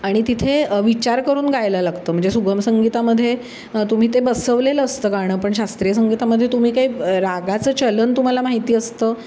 आणि तिथे विचार करून गायला लागतं म्हणजे सुगम संगीतामध्ये तुम्ही ते बसवलेलं असतं गाणं पण शास्त्रीय संगीतामध्ये तुम्ही काही रागाचं चलन तुम्हाला माहिती असतं